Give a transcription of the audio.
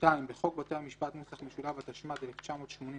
2.בחוק בתי המשפט [נוסח משולב], התשמ"ד-1984,